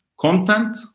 content